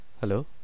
Hello